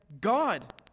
God